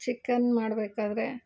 chicken ಮಾಡಬೇಕಾದ್ರೆ